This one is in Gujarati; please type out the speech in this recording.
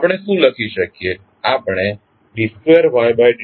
આપણે શું લખી શકીએ